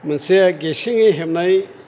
मोनसे गेसेङै हेबनाय